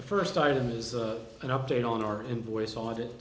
the first item is an update on our invoice audit